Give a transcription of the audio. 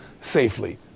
safely